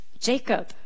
Jacob